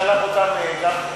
שלח אותם גפני,